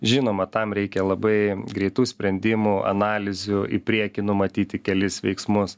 žinoma tam reikia labai greitų sprendimų analizių į priekį numatyti kelis veiksmus